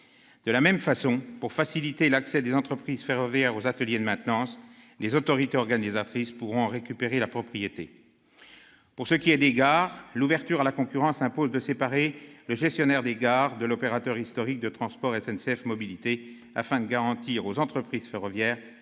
De la même façon, en vue de faciliter l'accès des entreprises ferroviaires aux ateliers de maintenance, les autorités organisatrices pourront en récupérer la propriété. Pour ce qui est des gares, l'ouverture à la concurrence impose de séparer le gestionnaire des gares de l'opérateur historique de transport, SNCF Mobilités, afin de garantir aux entreprises ferroviaires